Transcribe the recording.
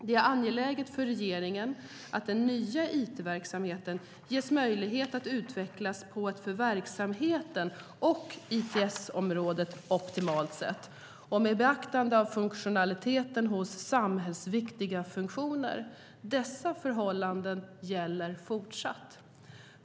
Det är angeläget för regeringen att den nya it-verksamheten ges möjlighet att utvecklas på ett för verksamheten och ITS-området optimalt sätt och med beaktande av funktionaliteten hos samhällsviktiga funktioner. Dessa förhållanden gäller fortsatt.